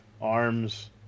arms